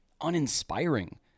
uninspiring